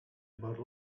about